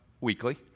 weekly